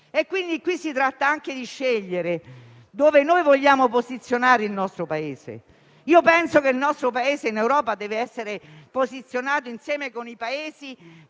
e quindi si tratta anche di scegliere dove vogliamo posizionare il nostro Paese. Io penso che il nostro Paese in Europa debba essere posizionato insieme con i Paesi